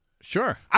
Sure